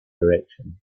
direction